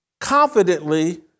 confidently